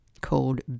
called